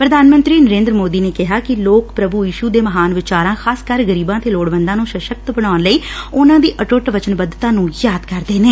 ਪ੍ਰਧਾਨ ਮੰਤਰੀ ਸ਼ੀ ਨਰੇਂਦਰ ਮੋਦੀ ਨੇ ਕਿਹਾ ਕਿ ਲੋਕ ਪੁਭੁ ਯੀਸ਼ੁ ਦੇ ਮਹਾਨ ਵਿਚਾਰਾਂ ਖਾਸਕਰ ਗਰੀਬਾਂ ਤੇ ਲੋੜਵੰਦਾਂ ਨੂੰ ਸਸ਼ਕਤ ਬਣਾਉਣ ਲਈ ਉਨੂਾਂ ਦੀ ਅਟੁੱਟ ਵਚਨਬੱਧਤਾ ਨੂੰ ਯਾਦ ਕਰਦੇ ਨੇ